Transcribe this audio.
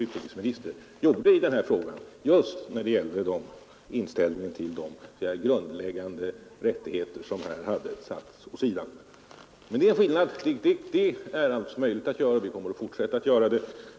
utrikesminister, gjorde just när det gällde inställningen till de grundläggande rättigheter som här hade satts åt sidan. Det är alltså vad som är möjligt att göra, och vi kommer att fortsätta att göra det.